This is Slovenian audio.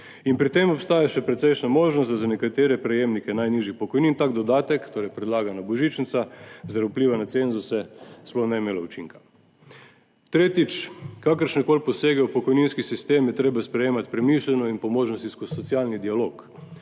Pri tem obstaja še precejšnja možnost, da za nekatere prejemnike najnižjih pokojnin tak dodatek, torej predlagana božičnica, zaradi vpliva na cenzuse sploh ni bi imela učinka. Tretjič. Kakršnekoli posege v pokojninski sistem je treba sprejemati premišljeno in po možnosti skozi socialni dialog.